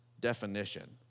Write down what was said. definition